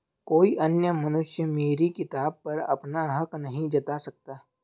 कोई अन्य मनुष्य मेरी किताब पर अपना हक नहीं जता सकता